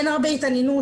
אין הרבה התעניינות,